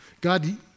God